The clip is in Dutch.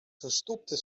verstopte